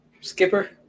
Skipper